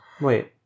Wait